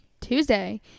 tuesday